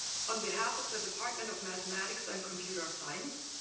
on behalf of the department of mathematics and computer science,